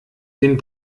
den